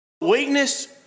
Weakness